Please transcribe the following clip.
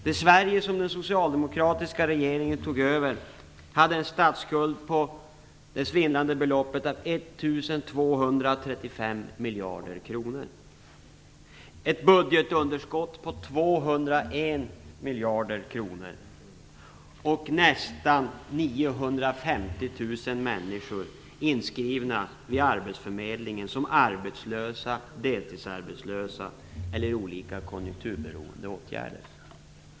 Det Sverige som den socialdemokratiska regeringen tog över hade en statsskuld på det svindlande beloppet 1 235 miljarder kronor, ett budgetunderskott på 201 miljarder kronor och nästan 950 000 människor inskrivna vid arbetsförmedlingarna som arbetslösa, deltidsarbetslösa eller placerade i olika konjunkturberoende åtgärder.